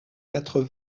quatre